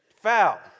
Foul